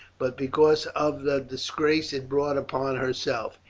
but because of the disgrace it brought upon herself.